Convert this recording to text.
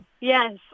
yes